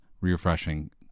refreshing